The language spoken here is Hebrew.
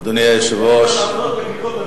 אדוני היושב-ראש, אין לי מה לעשות?